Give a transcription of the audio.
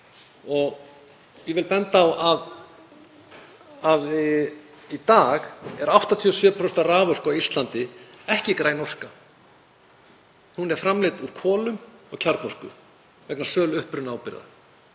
Ég vil benda á að í dag eru 87% af raforku á Íslandi ekki græn orka. Hún er framleidd úr kolum og kjarnorku vegna sölu upprunaábyrgða.